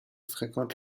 fréquente